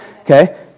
Okay